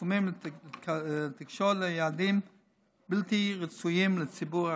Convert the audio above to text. החסומות להתקשרות ליעדים בלתי רצויים לציבור החרדי.